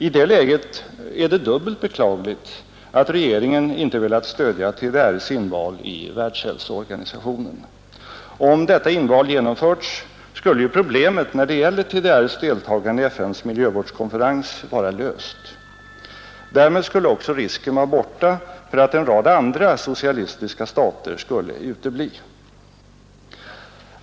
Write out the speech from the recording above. I det läget är det dubbelt beklagligt att regeringen inte velat stödja TDR:s inval i Världshälsoorganisationen. Om detta inval genomförts, skulle ju problemet när det gäller TDR:s deltagande i FN:s miljövårdskonferens vara löst. Därmed skulle också risken vara borta för att en rad andra socialistiska stater skulle utebli.